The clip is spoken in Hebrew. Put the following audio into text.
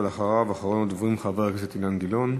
אחריו, אחרון הדוברים, חבר הכנסת אילן גילאון.